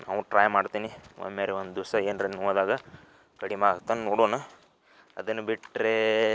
ನಾವು ಟ್ರೈ ಮಾಡ್ತೇನೆ ಒಮ್ಮೆರೆ ಒಂದು ದಿವಸ ಏನಾರ ನೋವಾದಾಗ ಕಡಿಮೆ ಆಗತ್ತಾ ನೊಡೋಣ ಅದನ್ನು ಬಿಟ್ಟರೆ